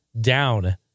down